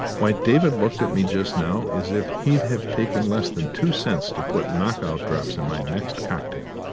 why, david looked at me just now as if he'd have taken less than two cents to put knock-out drops in my next cocktail.